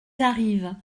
arrivent